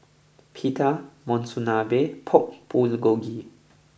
Pita Monsunabe and Pork Bulgogi